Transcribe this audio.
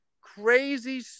crazy